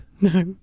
No